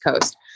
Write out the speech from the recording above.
Coast